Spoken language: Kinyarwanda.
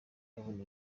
babona